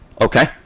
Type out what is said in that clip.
Okay